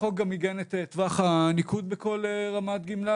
החוק גם עיגן את טווח הניקוד בכל רמת גמלה.